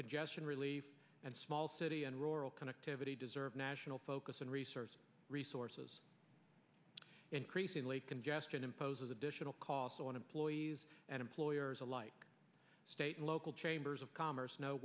congestion relief and small city and rural connectivity deserve national focus and research resources increasingly congestion imposes additional costs on employees and employers alike state and local chambers of commerce kno